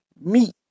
meat